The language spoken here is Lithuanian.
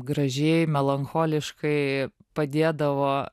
gražiai melancholiškai padėdavo